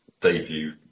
debut